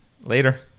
later